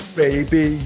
baby